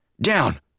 down